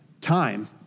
time